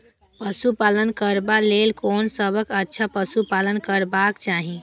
पशु पालन करबाक लेल कोन सबसँ अच्छा पशु पालन करबाक चाही?